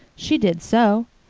she did so.